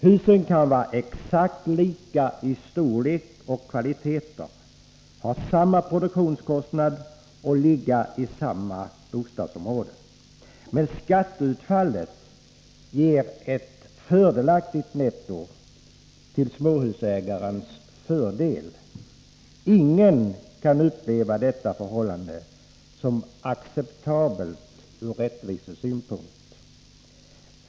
Husen kan vara exakt lika i storlek och kvalitet, ha samma produktionskostnad och ligga i samma bostadsområde, men skatteutfallet ger ett fördelaktigt netto till småhusägaren. Ingen kan uppleva detta som acceptabelt från rättvisesynpunkt.